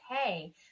okay